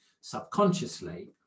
subconsciously